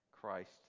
Christ